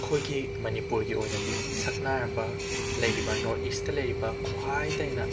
ꯑꯩꯈꯣꯏꯒꯤ ꯃꯅꯤꯄꯨꯔꯒꯤ ꯑꯣꯏꯅꯗꯤ ꯁꯛꯅꯥꯏꯔꯕ ꯂꯩꯔꯤꯕ ꯅꯣꯔꯠ ꯏꯁꯇ ꯂꯩꯔꯤꯕ ꯈ꯭ꯋꯥꯏꯗꯥꯏꯅ